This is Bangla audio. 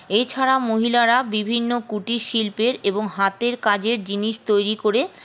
এছাড়া মহিলারা বিভিন্ন কুটির শিল্পের এবং হাতের কাজের জিনিস তৈরী করে